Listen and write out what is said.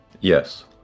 Yes